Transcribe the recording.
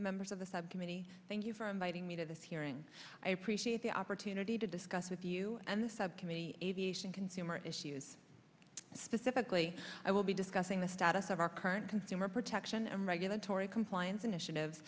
members of the subcommittee thank you for inviting me to this hearing i appreciate the opportunity to discuss with you and the subcommittee aviation consumer specifically i will be discussing the status of our current consumer protection and regulatory compliance initiative